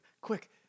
quick